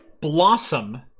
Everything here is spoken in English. blossom